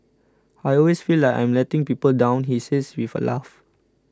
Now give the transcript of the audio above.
I always feel like I am letting people down he says with a laugh